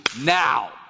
now